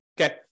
Okay